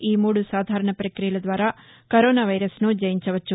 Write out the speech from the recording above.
ఈ మూడు సాధారణ పక్రియల ద్వారా కరోనా వైరస్ను జయించవచ్చు